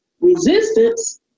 resistance